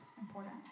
important